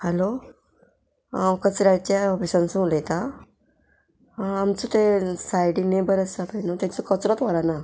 hello हांव कचऱ्याच्या ऑफिसांसून उलयतां आमचो तें सायडीक नेबर आसा पय न्हू तेचो कचरोत वराना